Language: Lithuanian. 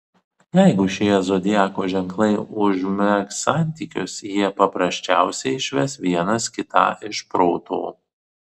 jeigu šie zodiako ženklai užmegs santykius jie paprasčiausiai išves vienas kitą iš proto